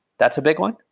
that's a big one,